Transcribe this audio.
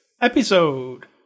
episode